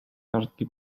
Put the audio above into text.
kartki